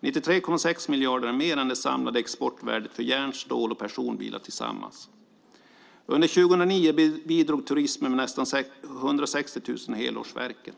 93,6 miljarder är mer än det samlade exportvärdet för järn, stål och personbilar. Under 2009 bidrog turismen med nästan 160 000 helårsverken.